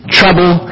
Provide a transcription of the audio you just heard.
trouble